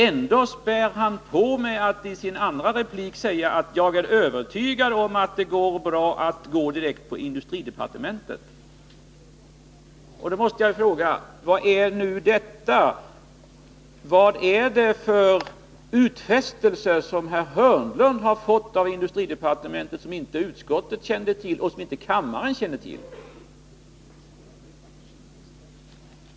Ändå spädde han nu på med att säga att han var övertygad om att det går bra att gå direkt till industridepartementet. Jag måste då fråga: Vad är nu detta? Vad är det för utfästelser som herr Hörnlund fått från industridepartementet som inte utskottet och kammaren känner till?